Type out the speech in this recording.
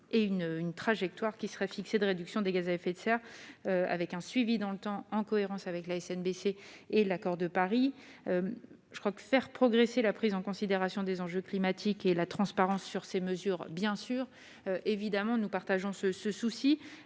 une une trajectoire qui serait fixé de réduction des gaz à effet de serre, avec un suivi dans le temps, en cohérence avec la SNPC et l'accord de Paris je crois que faire progresser la prise en considération des enjeux climatiques et la transparence sur ces mesures, bien sûr, évidemment nous partageons ce ce souci